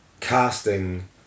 casting